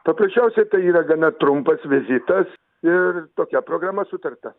paprasčiausia tai yra gana trumpas vizitas ir tokia programa sutarta